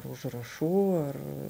užrašų ar